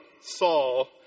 Saul